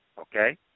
okay